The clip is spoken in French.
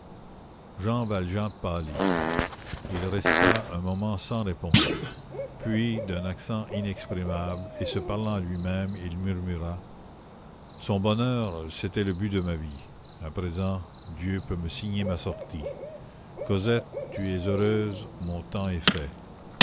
jean valjean pâlit il resta un moment sans répondre puis d'un accent inexprimable et se parlant à lui-même il murmura son bonheur c'était le but de ma vie à présent dieu peut me signer ma sortie cosette tu es heureuse mon temps est fait